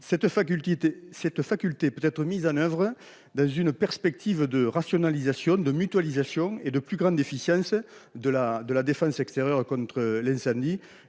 cette faculté, peut être mise en oeuvre dans une perspective de rationalisation de mutualisation et de plus grande efficience de la de la défense extérieure contre l'incendie